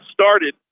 started